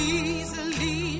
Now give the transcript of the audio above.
easily